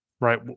Right